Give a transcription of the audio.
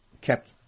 kept